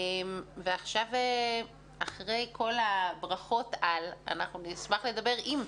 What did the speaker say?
אחרי כל הברכות על, אנחנו נשמח לדבר עם.